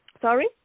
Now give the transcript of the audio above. sorry